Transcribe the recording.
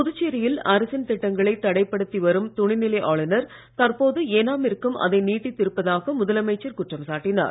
புதுச்சேரியில் அரசின் திட்டங்களை தடை படுத்தி வரும் துணைநிலை ஆளுநர் தற்போது ஏனாமிற்கும் அதை நீட்டித்து இருப்பதாக முதலமைச்சர் குற்றம் சாட்டினார்